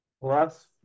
plus